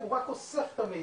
לא, המרכז הוא רק אוסף את המידע.